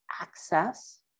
access